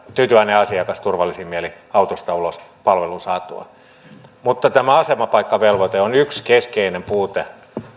tyytyväinen asiakas turvallisin mielin autosta ulos palvelun saatuaan mutta tämä asemapaikkavelvoite on yksi keskeinen puute